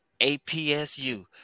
APSU